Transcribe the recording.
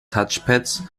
touchpads